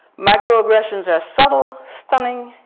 microaggressions are subtle, stunning,